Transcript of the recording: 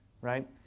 right